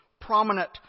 prominent